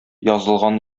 язылган